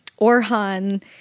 Orhan